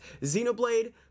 Xenoblade